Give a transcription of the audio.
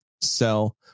sell